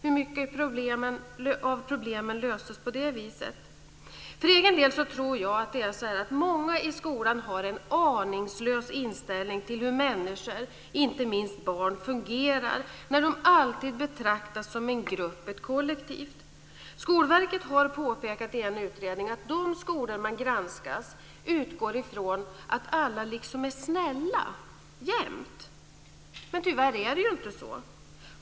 Hur mycket av problemen löses på det viset? För egen del tror jag att det är så här att många i skolan har en aningslös inställning till hur människor, inte minst barn, fungerar när de alltid betraktas som en grupp, ett kollektiv. Skolverket har i en utredning påpekat att de skolor man granskar utgår från att alla liksom är snälla jämt, men tyvärr är det ju inte så.